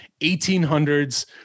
1800s